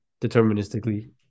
deterministically